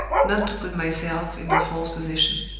not to put myself in a false position.